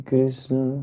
Krishna